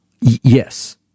Yes